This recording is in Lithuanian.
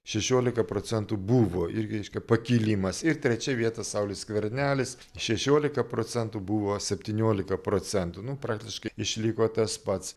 šešiolika procentų buvo irgi reiškia pakilimas ir trečia vieta saulius skvernelis šešiolika procentų buvo septyniolika procentų nu praktiškai išliko tas pats